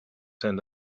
sent